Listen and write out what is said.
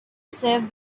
served